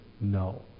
no